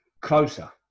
closer